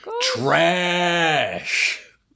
Trash